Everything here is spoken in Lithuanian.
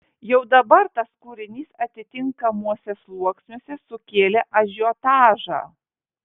jau dabar tas kūrinys atitinkamuose sluoksniuose sukėlė ažiotažą